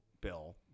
Bill